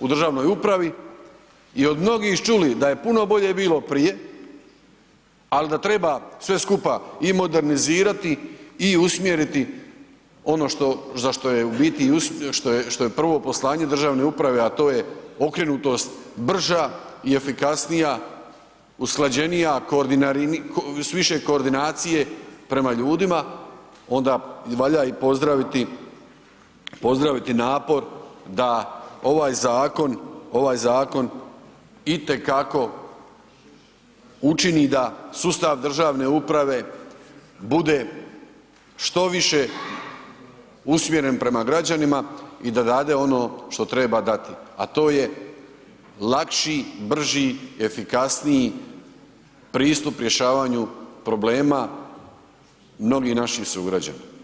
u državnoj upravi i od mnogih čuli da puno bolje bilo prije, ali da treba sve skupa i modernizirati i usmjeriti ono za što je u biti, što je prvo poslanje državne uprave a to je okrenutost brža i efikasnija, usklađenija, s više koordinacije prema ljudima, onda valja i pozdraviti napor da ovaj zakon itekako učini da sustav državne uprave bude što više usmjeren prema građanima i da dade ono što treba dati a to je lakši, brži, efikasniji, pristup rješavanju problema mnogih naših sugrađana.